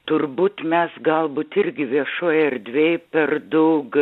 turbūt mes galbūt irgi viešoj erdvėj per daug